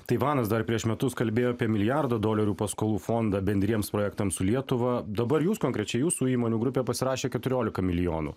taivanas dar prieš metus kalbėjo apie milijardo dolerių paskolų fondą bendriems projektams su lietuva dabar jūs konkrečiai jūsų įmonių grupė pasirašė keturiolika milijonų